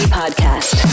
podcast